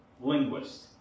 linguist